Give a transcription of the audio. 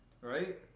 Right